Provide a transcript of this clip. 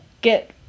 get